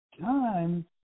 time